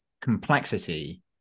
complexity